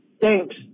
Thanks